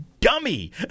Dummy